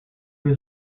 was